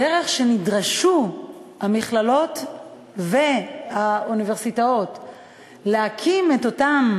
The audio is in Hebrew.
הדרך שבה נדרשו המכללות והאוניברסיטאות להקים את אותם